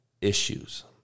issues